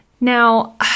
Now